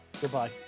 goodbye